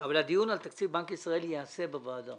אבל הדיון על תקציב בנק ישראל ייעשה בוועדה.